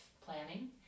planning